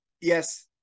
Yes